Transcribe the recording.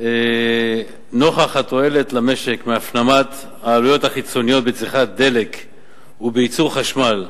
נוכח התועלת למשק מהפנמת העלויות החיצוניות בצריכת דלק ובייצור חשמל,